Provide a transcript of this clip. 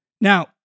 Now